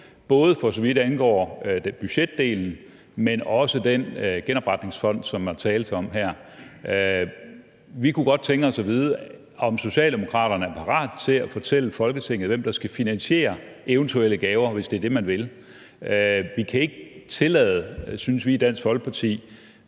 både for så vidt angår budgetdelen, men også den genopretningsfond, som der tales om her? Vi kunne godt tænke os at vide, om Socialdemokraterne er parate til at fortælle Folketinget, hvem der skal finansiere eventuelle gaver, hvis det er det, man vil. Vi kan ikke tillade, synes vi i Dansk Folkeparti,